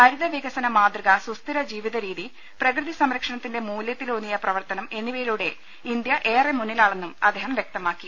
ഹരിത വികസന മാതൃക സുസ്ഥിര ജീവിതരീതി പ്രകൃതി സംരക്ഷണത്തിന്റെ മൂല്യത്തിലൂന്നിയ പ്രവർത്തനം എന്നിവയിലൂടെ ഇന്ത്യ ഏറെ മുന്നിലാണെന്നും അദ്ദേഹം വൃക്തമാക്കി